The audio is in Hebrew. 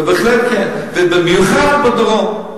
בהחלט כן, ובמיוחד בדרום,